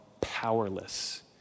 powerless